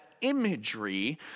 imagery